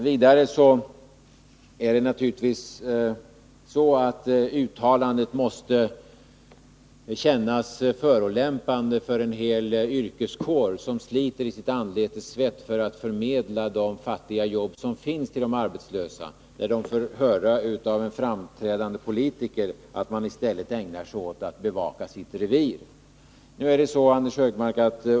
Vidare måste det naturligtvis kännas förolämpande för en hel yrkeskår, som sliter i sitt anletes svett för att förmedla det lilla antal jobb som finns för de arbetslösa, att höra en framträdande politiker säga att man i stället ägnar sig åt att bevaka sitt revir.